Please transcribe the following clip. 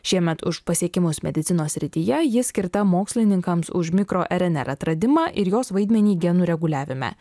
šiemet už pasiekimus medicinos srityje ji skirta mokslininkams už mikro rnr atradimą ir jos vaidmenį genų reguliavime